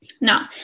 Now